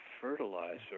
fertilizer